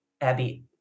Abby